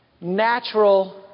natural